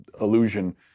illusion